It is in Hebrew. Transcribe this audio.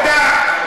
הבנת?